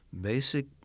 basic